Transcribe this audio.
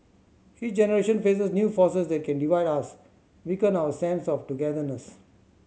each generation faces new forces that can divide us weaken our sense of togetherness